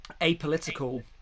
apolitical